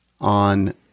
on